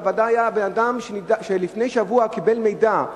בוודאי אדם שלפני שבוע קיבל מידע,